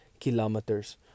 kilometers